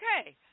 Okay